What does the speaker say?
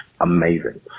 amazing